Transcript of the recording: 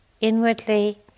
inwardly